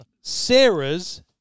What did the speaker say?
Sarah's